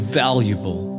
valuable